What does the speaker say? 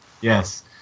Yes